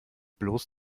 bloß